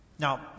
Now